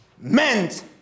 meant